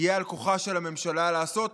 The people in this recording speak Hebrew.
יהיה על כוחה של הממשלה לעשות